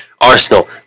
Arsenal